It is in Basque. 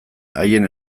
haien